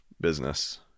business